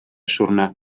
siwrne